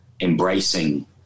embracing